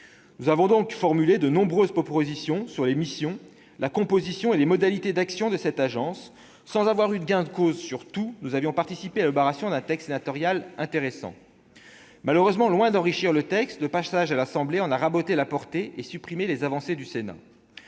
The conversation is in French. Nous avons ainsi formulé de nombreuses propositions sur les missions, la composition et les modalités d'action de cette agence. Sans obtenir gain de cause sur tout, nous avons participé à l'élaboration d'un texte sénatorial intéressant. Malheureusement, loin d'enrichir le texte, l'Assemblée nationale en a raboté la portée et a supprimé les avancées adoptées